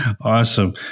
Awesome